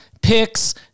picks